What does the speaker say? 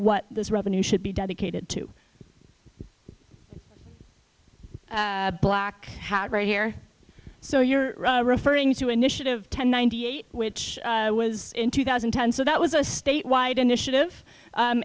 what this revenue should be dedicated to black hat right here so you're referring to initiative ten ninety eight which was in two thousand and ten so that was a statewide initiative